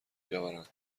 بیاورند